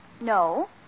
No